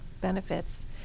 benefits